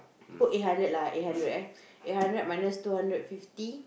put eight hundred lah eight hundred eh eight hundred minus two hundred fifty